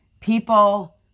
People